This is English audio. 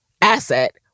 asset